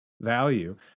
value